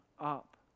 up